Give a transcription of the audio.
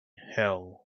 hell